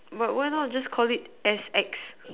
but why not just Call it S X